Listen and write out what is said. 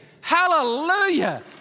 Hallelujah